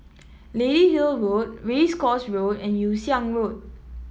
Lady Hill Road Race Course Road and Yew Siang Road